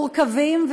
מורכבים,